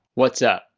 what's up?